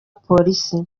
polisi